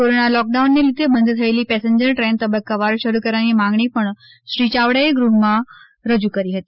corona લોકડાઉનને લીધે બંધ થયેલી પેસેનજર ટ્રેન તબક્કાવાર શરૂ કરવાની માંગણી પણ શ્રી ચાવડાએ ગૃહમાં રજૂ કરી હતી